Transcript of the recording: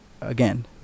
again